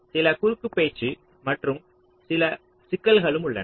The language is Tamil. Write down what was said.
சில குறுக்கு பேச்சு மற்றும் சில சிக்கல்களும் உள்ளன